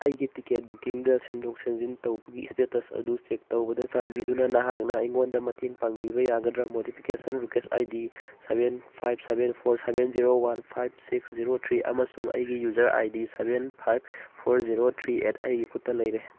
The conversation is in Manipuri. ꯑꯩꯒꯤ ꯇꯤꯀꯦꯠ ꯕꯨꯛꯀꯤꯡꯗ ꯁꯦꯝꯗꯣꯛ ꯁꯦꯝꯖꯤꯟ ꯇꯧꯕꯒꯤ ꯏꯁꯇꯦꯇꯁ ꯑꯗꯨ ꯆꯦꯛ ꯇꯧꯕꯗ ꯆꯥꯟꯕꯤꯗꯨꯅ ꯅꯍꯥꯛꯅ ꯑꯩꯉꯣꯟꯗ ꯃꯇꯦꯡ ꯄꯥꯡꯕꯤꯕ ꯌꯥꯒꯗ꯭ꯔꯥ modification request I D seven five seven four seven zero one five six zero three ꯑꯃꯁꯨꯡ ꯑꯩꯒꯤ user I D seven five four zero three eight ꯑꯩꯒꯤ ꯈꯨꯠꯇ ꯂꯩꯔꯦ